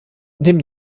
neben